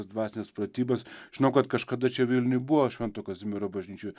dvasines pratybas žinau kad kažkada čia vilniuj buvo švento kazimiero bažnyčioj